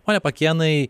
pone pakėnai